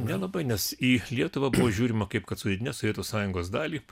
nelabai nes į lietuvą buvo žiūrima kaip kad sudėtinę sovietų sąjungos dalį